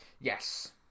Yes